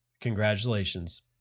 Congratulations